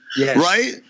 right